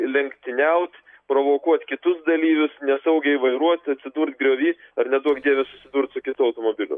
lenktyniaut provokuot kitus dalyvius nesaugiai vairuot atsidurt griovy ar neduok dieve susidurt su kitu automobiliu